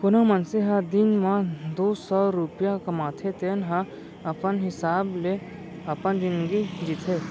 कोनो मनसे ह दिन म दू सव रूपिया कमाथे तेन ह अपन हिसाब ले अपन जिनगी जीथे